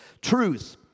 Truth